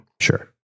Sure